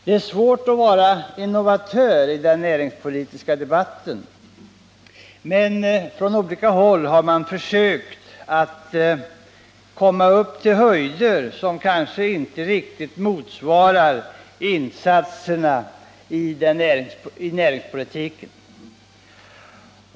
Det är svårt att vara innovatör i den näringspolitiska debatten, och man har på olika håll försökt att komma upp till höjder som kanske inte riktigt motsvarar insatserna i näringspolitiken.